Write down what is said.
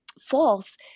false